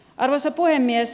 arvoisa puhemies